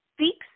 speaks